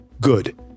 Good